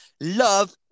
love